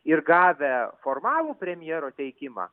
ir gavę formalų premjero teikimą